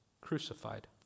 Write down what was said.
crucified